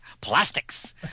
Plastics